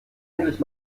endlich